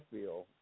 feel